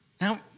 Now